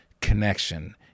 connection